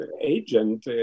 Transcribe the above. agent